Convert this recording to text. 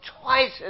twice